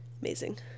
amazing